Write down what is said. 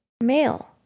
male